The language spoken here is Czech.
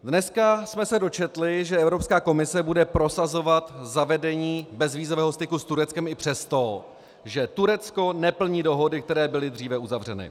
Dneska jsme se dočetli, že Evropská komise bude prosazovat zavedení bezvízového styku s Tureckem i přesto, že Turecko neplní dohody, které byly dříve uzavřeny.